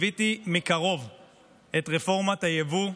ליוויתי מקרוב את רפורמת היבוא,